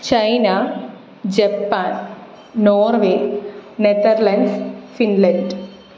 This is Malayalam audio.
China Japan Norway Netherland Finland